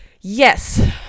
yes